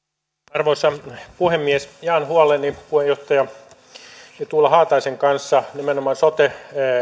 arvoisa puhemies jaan huoleni puheenjohtaja tuula haataisen kanssa nimenomaan sote